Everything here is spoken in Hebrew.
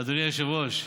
אדוני היושב-ראש,